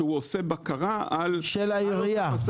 שהוא עושה בקרה על העסקים,